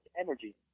energy